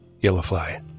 Yellowfly